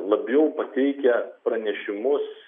labiau pateikia pranešimus